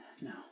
No